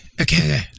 Okay